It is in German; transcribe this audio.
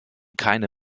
keine